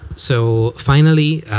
so finally,